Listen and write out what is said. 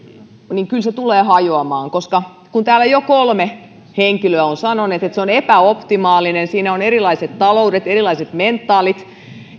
kyllä se tulee hajoamaan kun täällä jo kolme henkilöä on sanonut että se on epäoptimaalinen siinä on erilaiset taloudet erilaiset mentaalit